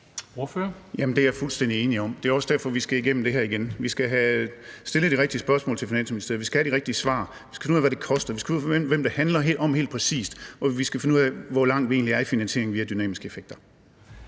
det er jeg fuldstændig enig i. Det er også derfor, vi skal igennem det her igen. Vi skal have stillet de rigtige spørgsmål til Finansministeriet, vi skal have de rigtige svar, vi skal finde ud af, hvad det koster, vi skal finde ud af, hvem det handler om helt præcist, og vi skal finde ud af, hvor langt vi egentlig er i finansieringen via dynamiske effekter.